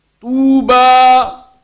tuba